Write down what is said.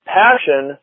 passion